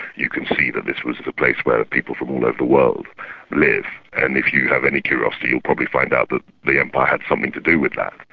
you can see that this was the place where people from all over the world live. and if you have any curiosity you'll probably find out that the empire had something to do with that.